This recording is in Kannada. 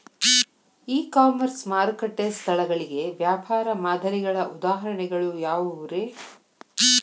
ಇ ಕಾಮರ್ಸ್ ಮಾರುಕಟ್ಟೆ ಸ್ಥಳಗಳಿಗೆ ವ್ಯಾಪಾರ ಮಾದರಿಗಳ ಉದಾಹರಣೆಗಳು ಯಾವವುರೇ?